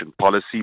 policy